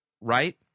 right